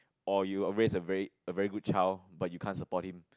or you raise a very a very good child but you can't support him